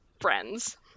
friends